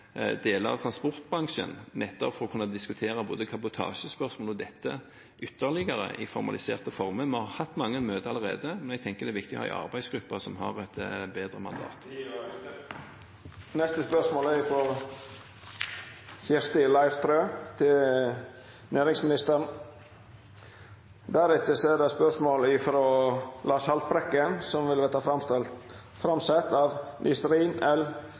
deler av transportbransjen nettopp for å kunne diskutere både kabotasjespørsmålet og dette ytterligere i formaliserte former. Vi har hatt mange møter allerede, men jeg tenker det er viktig å ha en arbeidsgruppe som har et bedre mandat. «Maskinentreprenørene opplever at konkurranseloven § 10 er til